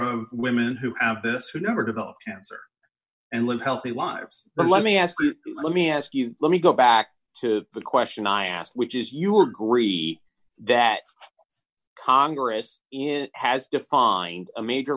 of women who have this who never develop cancer and live healthy lives but let me ask you let me ask you let me go back to the question i asked which is you'll agree that congress in has defined a major